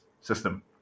system